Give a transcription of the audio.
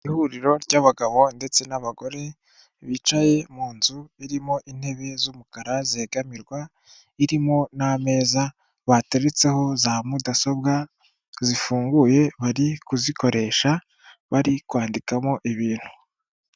Ihuriro ry'abagabo ndetse n'abagore bicaye mu nzu irimo intebe z'umukara zegamirwa, irimo n'ameza bateretseho za mudasobwa zifunguye bari kuzikoresha bari kwandikamo ibintu.